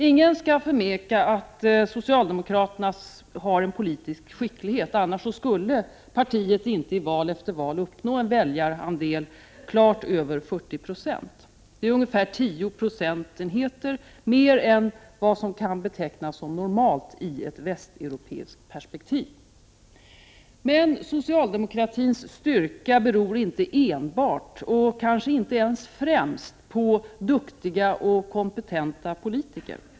Ingen skall förneka socialdemokraternas politiska skicklighet. Annars skulle partiet inte i val efter val uppnå en väljarandel klart över 40 90. Det är ungefär 10 procentenheter mer än vad som kan betecknas som normalt i ett västeuropeiskt perspektiv. Men socialdemokratins styrka beror inte enbart, kanske inte ens främst, på duktiga och kompetenta politiker.